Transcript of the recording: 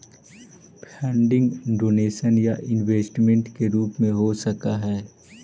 funding donation या investment के रूप में हो सकऽ हई